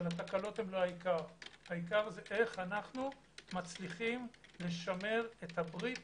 אבל הן לא העיקר אלא איך אנו מצליחים לשמר את הברית